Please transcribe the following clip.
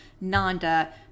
Nanda